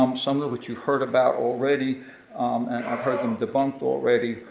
um some of which you've heard about already, and um heard them debunked already.